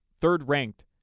third-ranked